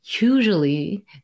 Usually